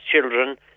children